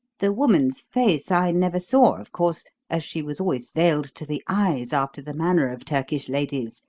the woman's face i never saw, of course, as she was always veiled to the eyes after the manner of turkish ladies.